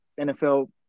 NFL